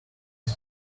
his